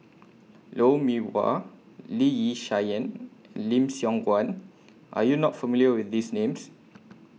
Lou Mee Wah Lee Yi Shyan and Lim Siong Guan Are YOU not familiar with These Names